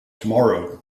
tomorrow